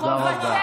תודה רבה.